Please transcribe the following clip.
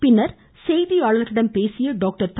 பின்னா் செய்தியாளா்களிடம் பேசிய டாக்டா்